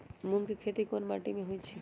मूँग के खेती कौन मीटी मे होईछ?